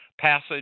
passage